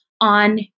on